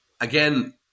Again